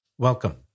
Welcome